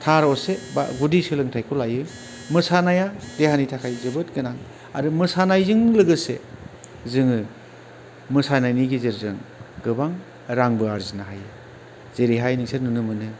थार असे बा गुदि सोलोंथाइखौ लायो मोसानाया देहानि थाखाय जोबोद गोनां आरो मोसानायजों लोगोसे जोङो मोसानायनि गेजेरजों गोबां रांबो आरजिनो हायो जेरैहाय नोंसोर नुनो मोनो